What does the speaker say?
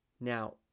Now